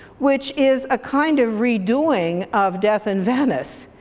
which is a kind of redoing of death in venice.